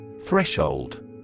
Threshold